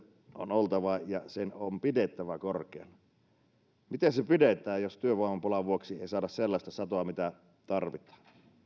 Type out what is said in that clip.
on oltava korkea ja se on pidettävä korkeana miten se pidetään jos työvoimapulan vuoksi ei saada sellaista satoa mitä tarvitaan